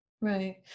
Right